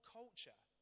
culture